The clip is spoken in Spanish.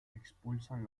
expulsan